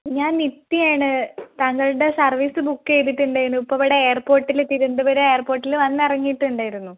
ഞാൻ നിത്യയാണ് താങ്കളുടെ സർവീസ് ബുക്ക് ചെയ്തിട്ടുണ്ടേനു ഇപ്പോൾ ഇവിടെ എയർപോർട്ടിൽ എത്തിയിട്ടുണ്ട് ഇവിടെ എയർപോർട്ടിൽ വന്നിറങ്ങിയിട്ടുണ്ടായിരുന്നു